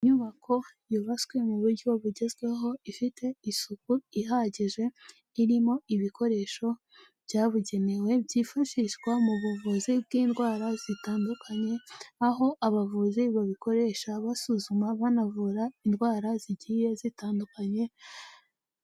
Inyubako yubatswe mu buryo bugezweho, ifite isuku ihagije, irimo ibikoresho byabugenewe byifashishwa mu buvuzi bw'indwara zitandukanye, aho abavuzi babikoresha basuzuma banavura indwara zigiye zitandukanye.